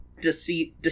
deceit